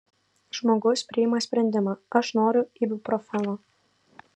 žmogus priima sprendimą aš noriu ibuprofeno